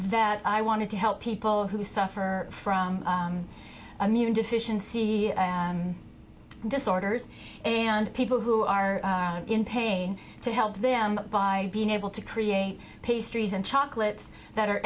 that i wanted to help people who suffer from a new deficiency disorders and people who are in pain to help them by being able to create pastries and chocolates that are